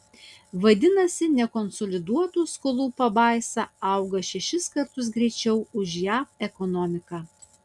vadinasi nekonsoliduotų skolų pabaisa auga šešis kartus greičiau už jav ekonomiką